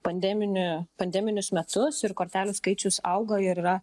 pandeminiu pandeminis metus ir kortelių skaičius augo ir yra